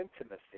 intimacy